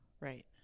right